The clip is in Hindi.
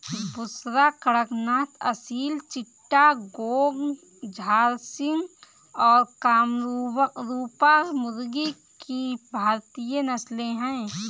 बुसरा, कड़कनाथ, असील चिट्टागोंग, झर्सिम और कामरूपा मुर्गी की भारतीय नस्लें हैं